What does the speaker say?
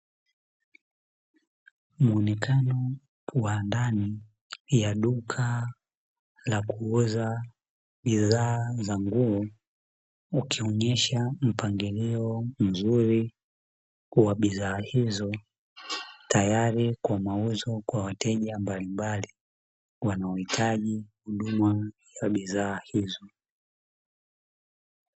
Muoenakano wa ndani ya duka la kuuza bidhaa za nguo, ukionyesha mpangilio mzuri wa bidhaa hizo tayari kwa mauzo, kwa wateja mbalimbali wanaohitaji huduma za bidhaa hizo.